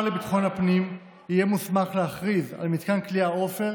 לביטחון הפנים יהיה מוסמך להכריז על מתקן כליאה עופר